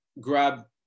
grab